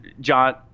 John